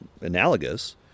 analogous